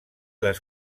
les